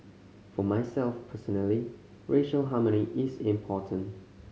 for myself personally racial harmony is important